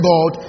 God